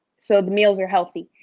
so, the meals are healthy,